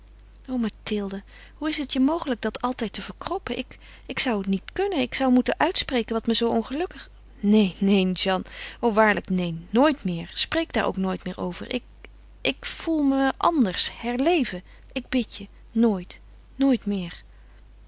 mathilde hoe is het je mogelijk dat altijd te verkroppen ik ik zou niet kunnen ik zou moeten uitspreken wat me zoo ongelukkig neen neen jeanne o waarlijk neen nooit meer spreek daar ook nooit meer over ik ik voel me anders herleven ik bid je nooit nooit meer